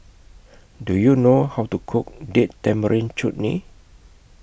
Do YOU know How to Cook Date Tamarind Chutney